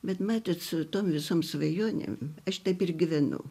bet matot su tom visom svajonėm aš taip ir gyvenu